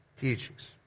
Teachings